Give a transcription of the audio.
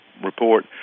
report